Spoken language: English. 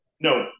No